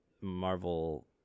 Marvel